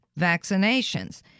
vaccinations